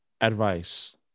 advice